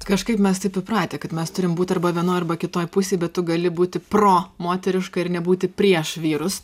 kažkaip mes taip įpratę kad mes turim būti arba vienoj arba kitoj pusėj bet tu gali būti promoteriška ir nebūti prieš vyrus